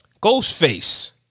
Ghostface